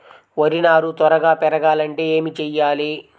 వరి నారు త్వరగా పెరగాలంటే ఏమి చెయ్యాలి?